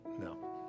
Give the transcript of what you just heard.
no